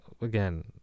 again